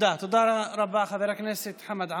תודה רבה, חבר הכנסת חמד עמאר.